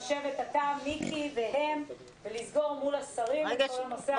תשבו אתה, מיקי והם ולסגור את כל הנושא הזה.